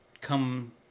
come